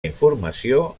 informació